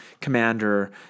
Commander